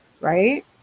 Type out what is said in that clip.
right